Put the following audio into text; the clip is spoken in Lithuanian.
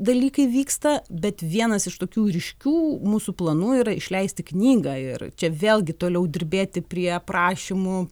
dalykai vyksta bet vienas iš tokių ryškių mūsų planų yra išleisti knygą ir čia vėlgi toliau dirbėti prie aprašymų